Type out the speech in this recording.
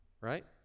right